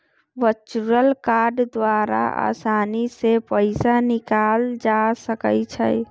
virtual card द्वारा असानी से पइसा निकालल जा सकइ छै